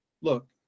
look